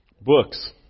books